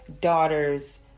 daughters